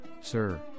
Sir